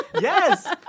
yes